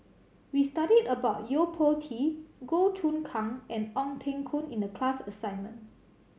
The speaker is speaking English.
we studied about Yo Po Tee Goh Choon Kang and Ong Teng Koon in the class assignment